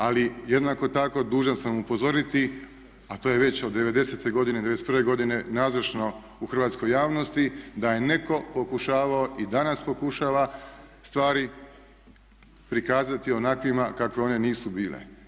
Ali jednako tako dužan sam upozoriti a to je već od '90.-te godine, '91. godine nazočno u hrvatskoj javnosti da je netko pokušavao i danas pokušava stvari prikazati onakvima kakve one nisu bile.